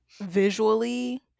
visually